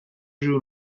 جور